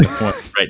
right